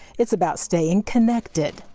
it's about staying connected.